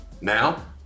Now